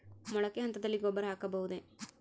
ಮೊಳಕೆ ಹಂತದಲ್ಲಿ ಗೊಬ್ಬರ ಹಾಕಬಹುದೇ?